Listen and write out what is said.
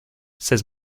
says